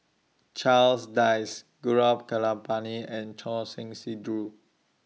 Charles Dyce Gaurav Kripalani and Choor Singh Sidhu